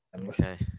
Okay